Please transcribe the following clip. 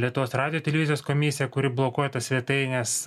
lietuvos radijo televizijos komisija kuri blokuoja tas svetaines